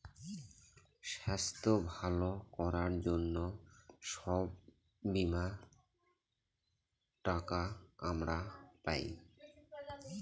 স্বাস্থ্য ভালো করার জন্য সব বীমার টাকা আমরা পায়